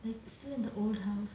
tha~ still in the old house